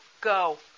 go